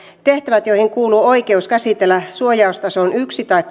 tehtävät joihin kuuluu oikeus käsitellä suojaustasoon yksi tai